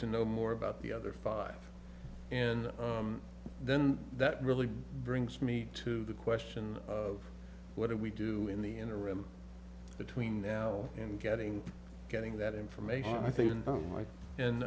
to know more about the other five and then that really brings me to the question of what do we do in the interim between now and getting getting that information and i think mike and